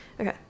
Okay